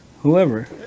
Whoever